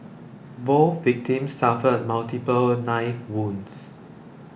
both victims suffered multiple knife wounds